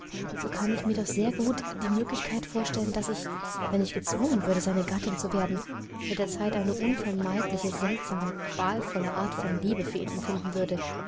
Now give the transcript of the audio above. so kann ich mir doch sehr gut die möglichkeit vorstellen daß ich wenn ich gezwungen würde seine gattin zu werden mit der zeit eine unvermeidliche seltsame qualvolle art von liebe für ihn empfinden würde